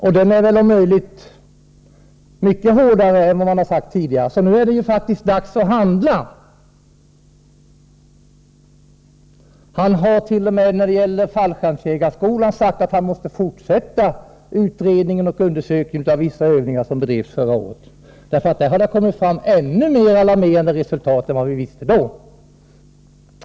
Rapporten är om möjligt ännu hårdare än vad som tidigare förutskickats. Det är alltså nu dags att handla. JO har när det gäller fallskärmsjägarskolan t.o.m. sagt att han måste fortsätta undersökningen av vissa övningar som bedrevs förra året. Det har nämligen kommit fram ännu mer alarmerande uppgifter därifrån än vad vi tidigare känt till.